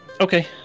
Okay